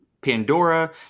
pandora